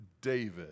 David